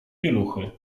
pieluchy